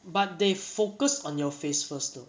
but they focus on your face first though